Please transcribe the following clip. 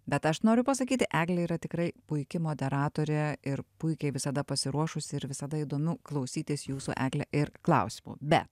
bet aš noriu pasakyti eglė yra tikrai puiki moderatorė ir puikiai visada pasiruošusi ir visada įdomu klausytis jūsų egle ir klausimų bet